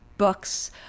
books